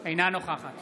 אינה נוכחת